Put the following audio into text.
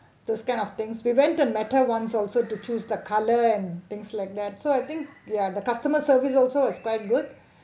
those kind of things we went the matter once also to choose the colour and things like that so I think ya the customer service also is quite good